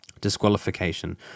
Disqualification